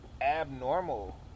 abnormal